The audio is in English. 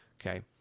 Okay